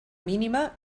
mínima